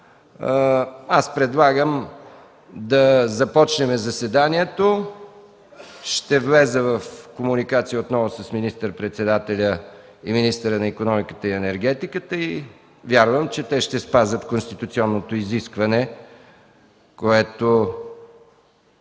Предлагам да започнем заседанието. Ще вляза отново в комуникация с министър-председателя и министъра на икономиката и енергетиката и вярвам, че те ще спазят конституционното изискване, което